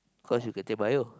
cause you can take bio